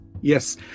Yes